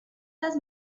les